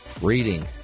reading